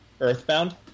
Earthbound